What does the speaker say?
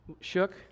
shook